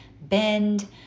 bend